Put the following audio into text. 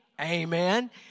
amen